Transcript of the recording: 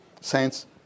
Saints